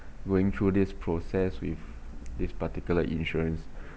going through this process with this particular insurance